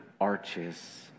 arches